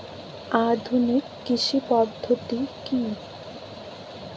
আধুনিক কৃষি পদ্ধতি কী?